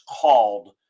called